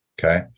Okay